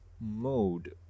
mode